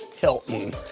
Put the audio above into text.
Hilton